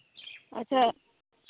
ᱟᱪᱪᱷᱟ